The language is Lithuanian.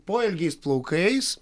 poilgiais plaukais